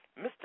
Mr